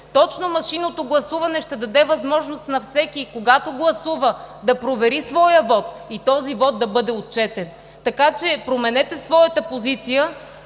точно машинното гласуване ще даде възможност на всеки, когато гласува, да провери този вот и той да бъде отчетен. Така че променете своята позиция.